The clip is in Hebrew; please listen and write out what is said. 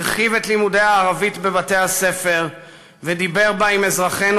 הרחיב את לימודי הערבית בבתי-הספר ודיבר בה עם אזרחינו